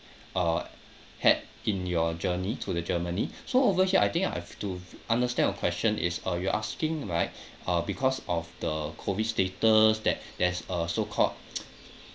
uh had in your journey to the germany so over here I think I have to understand your question is uh you asking like uh because of the COVID status that there's a so called